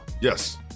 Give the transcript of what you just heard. Yes